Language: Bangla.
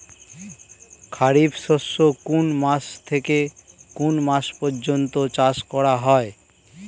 খারিফ শস্য কোন মাস থেকে কোন মাস পর্যন্ত চাষ করা হয়?